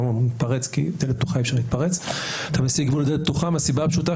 מהסיבה הפשוטה